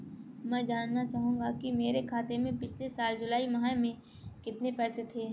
मैं जानना चाहूंगा कि मेरे खाते में पिछले साल जुलाई माह में कितने पैसे थे?